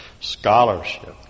scholarship